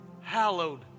Hallowed